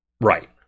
Right